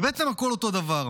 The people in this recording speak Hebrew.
ובעצם הכול אותו דבר.